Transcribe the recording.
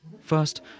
First